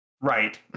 Right